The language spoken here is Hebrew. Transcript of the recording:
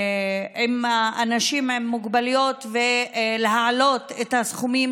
עם האנשים עם מוגבלויות ולהעלות את הסכומים